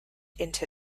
into